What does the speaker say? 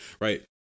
right